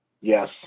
Yes